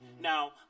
now